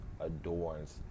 adorns